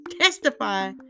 testify